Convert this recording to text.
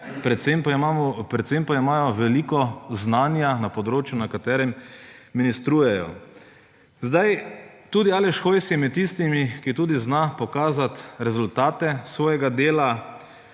predvsem pa imajo veliko znanja na področju, na katerem ministrujejo. Tudi Aleš Hojs je med tistimi, ki tudi zna pokazati rezultate svojega dela.